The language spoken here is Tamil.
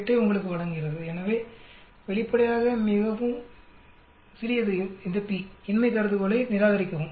008 ஐ உங்களுக்கு வழங்குகிறது எனவே வெளிப்படையாக p மிகவும் சிறியது இன்மை கருதுகோளை நிராகரிக்கவும்